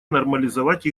нормализовать